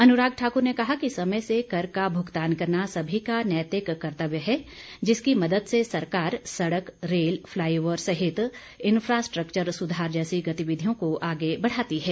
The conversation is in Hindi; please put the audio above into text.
अनुराग ठाकुर ने कहा कि समय से कर का भुगतान करना सभी का नैतिक कर्तव्य है जिसकी मदद से सरकार सड़क रेल फ़लाई ओवर सहित इन्फ्रास्ट्रक्चर सुधार जैसी गतिविधियों को आगे बढ़ाती है